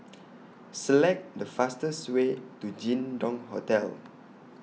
Select The fastest Way to Jin Dong Hotel